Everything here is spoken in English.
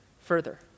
further